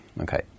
okay